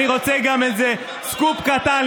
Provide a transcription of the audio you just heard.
אני רוצה גם איזה סקופ קטן,